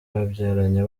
abana